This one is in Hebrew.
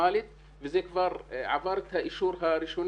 הוא השותף שלי לעבודה כבר כמעט חמש